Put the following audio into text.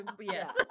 Yes